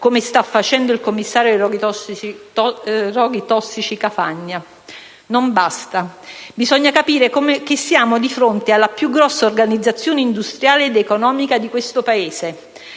come sta facendo il commissario ai roghi tossici Cafagna. Non basta. Bisogna capire che siamo di fronte alla più grande organizzazione industriale ed economica di questo Paese,